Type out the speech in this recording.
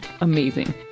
amazing